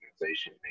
organization